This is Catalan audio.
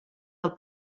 del